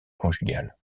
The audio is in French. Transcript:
conjugale